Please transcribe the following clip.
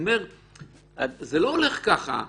זה לא הולך ככה.